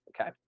okay